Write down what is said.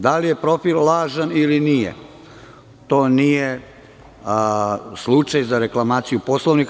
Da li je profil lažan ili nije, to nije slučaj za reklamaciju Poslovnika.